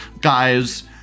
Guys